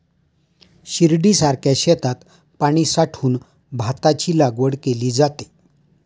शिर्डीसारख्या शेतात पाणी साठवून भाताची लागवड केली जाते